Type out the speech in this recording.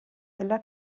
della